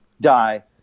die